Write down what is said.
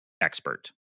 expert